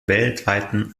weltweiten